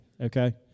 Okay